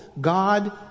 God